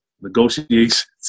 negotiations